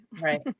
right